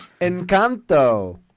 Encanto